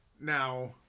Now